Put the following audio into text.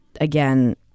again